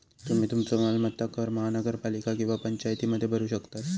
तुम्ही तुमचो मालमत्ता कर महानगरपालिका किंवा पंचायतीमध्ये भरू शकतास